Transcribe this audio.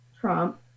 Trump